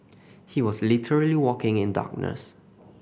he was literally walking in darkness